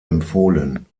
empfohlen